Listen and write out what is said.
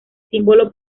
símbolo